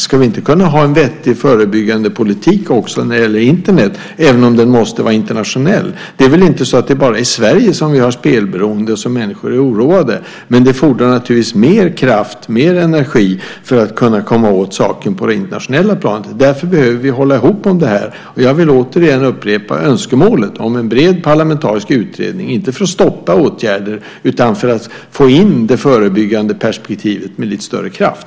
Ska vi då inte kunna ha en vettig förebyggande politik också när det gäller Internet även om den måste vara internationell? Det är väl inte bara i Sverige som vi har spelberoende och där människor är oroade. Men det fordras naturligtvis mer kraft och mer energi för att kunna komma åt saken på det internationella planet. Därför behöver vi hålla ihop om det här. Jag vill upprepa önskemålet om en bred parlamentarisk utredning men inte för att stoppa åtgärder utan för att få in det förebyggande perspektivet med lite större kraft.